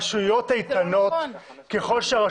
ככל שייפרד הקשר הגורדי בין השלטון המרכזי לשלטון המקומי,